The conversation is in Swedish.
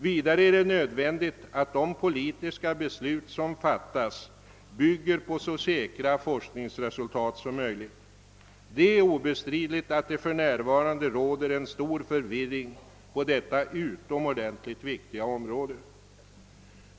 Vidare är det nödvändigt att de politiska beslut som fattas bygger på så säkra forskningsresultat som möjligt. Det är obestridligt att för närvarande stor förvirring råder på detta utomordentligt viktiga område.